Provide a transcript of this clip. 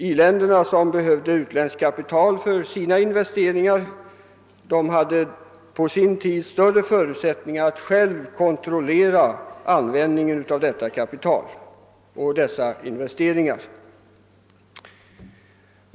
I-länderna som behövde utländskt kapital för sina investeringar hade på sin tid större förutsättningar att själva kontrollera användningen av detta kapital och dessa investeringar.